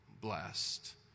blessed